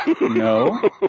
No